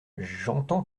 j’entends